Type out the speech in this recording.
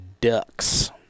Ducks